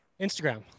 Instagram